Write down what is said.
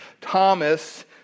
Thomas